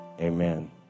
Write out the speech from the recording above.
Amen